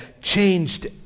changed